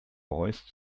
voice